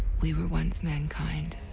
we were once mankind.